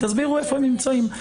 תסבירו איפה הם נמצאים,